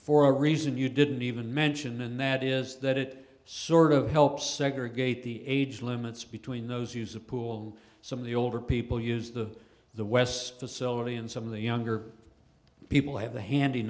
for a reason you didn't even mention and that is that it sort of helps segregate the age limits between those use a pool some of the older people use the the west facility and some of the younger people have the hand